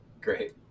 Great